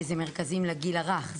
שזה מרכזים לגיל הרך,